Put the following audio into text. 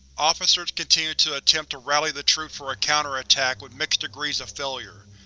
officers continue to attempt to rally the troops for a counterattack with mixed degrees of failure.